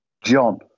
John